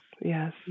yes